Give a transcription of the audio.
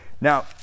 Now